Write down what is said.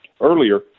earlier